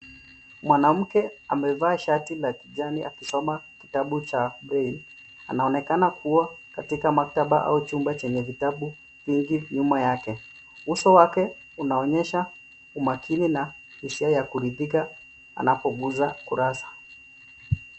Mwanamke amevaa shati la kijani akisoma kitabu cha braille . Anaonekana kuwa katika maktaba au chumba chenye vitabu vingi nyuma yake. Uso wake unaonyesha umakini na hisia ya kuridhika anapoguza kurasa.